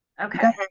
okay